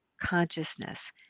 consciousness